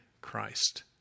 Christ